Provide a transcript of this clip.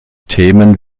themen